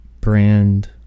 brand